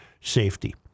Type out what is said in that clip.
safety